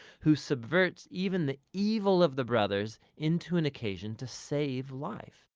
who subverts even the evil of the brothers into an occasion to save life.